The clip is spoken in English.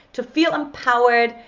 to feel empowered,